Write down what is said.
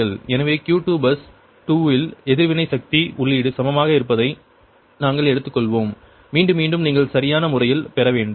எனவே Q2 bus 2 இல் எதிர்வினை சக்தி உள்ளீடு சமமாக இருப்பதை நாங்கள் எடுத்துக்கொள்வோம் மீண்டும் மீண்டும் நீங்கள் சரியான முறையில் பெற வேண்டும்